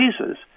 Jesus